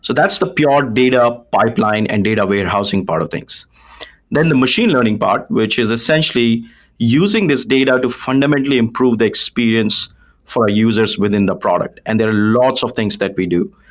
so that's the pure data pipeline and data warehousing part of things then the machine learning part, which is essentially using this data to fundamentally improve the experience for users within the product. and there are lots of things that we do.